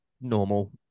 normal